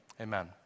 Amen